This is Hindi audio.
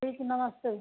ठीक नमस्ते